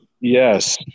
Yes